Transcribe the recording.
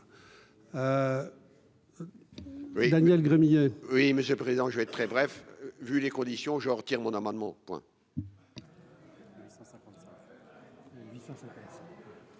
Daniel Gremillet oui monsieur le président je vais être très bref, vu les conditions, je retire mon amendement.